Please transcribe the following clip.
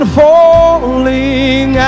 falling